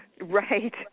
Right